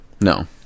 No